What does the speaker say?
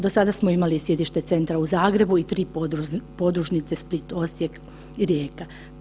Do sada smo imali sjedište centra u Zagrebu i 3 podružnice Split, Osijek i Rijeka.